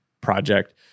project